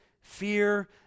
Fear